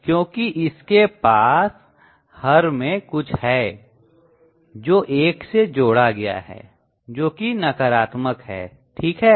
क्योंकि इसके पास हर में कुछ है जो 1 से जोड़ा गया है जो कि नकारात्मक है ठीक है